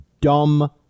dumb